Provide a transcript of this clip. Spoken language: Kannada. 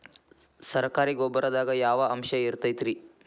ಸರಕಾರಿ ಗೊಬ್ಬರದಾಗ ಯಾವ ಅಂಶ ಇರತೈತ್ರಿ?